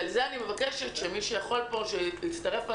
אני מבקשת שמי שיכול פה יצטרף אליי,